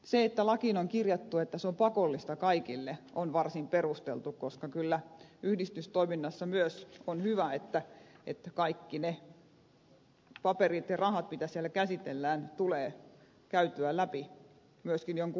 se että lakiin on kirjattu että se on pakollista kaikille on varsin perusteltua koska kyllä yhdistystoiminnassa myös on hyvä että kaikki ne paperit ja rahat mitä siellä käsitellään tulee käytyä läpi myöskin jonkun ulkopuolisen toimesta